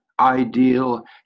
ideal